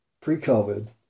pre-COVID